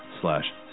slash